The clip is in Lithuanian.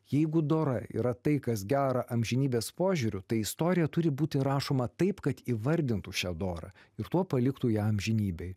jeigu dora yra tai kas gera amžinybės požiūriu tai istorija turi būti rašoma taip kad įvardintų šią dorą ir tuo paliktų ją amžinybei